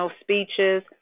speeches